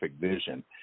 vision